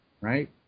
right